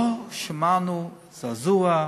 לא שמענו זעזוע,